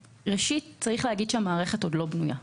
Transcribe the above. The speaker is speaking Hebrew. ראשית, צריך להגיד שהמערכת עוד לא בנויה.